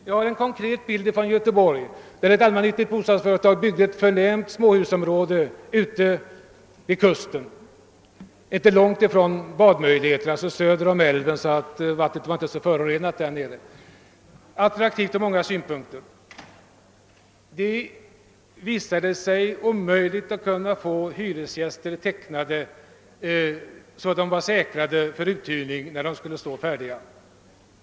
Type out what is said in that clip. Jag har en konkret bild från Göteborg, där ett allmännyttigt bostadsföretag byggde ett förnämligt småhusområde ute vid kusten, inte långt från badmöjligheter. Det låg söder om älven, varför vattnet inte var så förorenat, och det var attraktivt ur många synpunter. Emellertid visade det sig omöjligt att få hyresgäster att teckna sig för husen, så att dessa skulle kunna stå uthyrda när de blev färdiga.